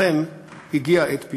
לכן הגיעה עת פיוס.